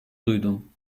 duydum